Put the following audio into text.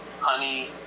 honey